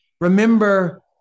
remember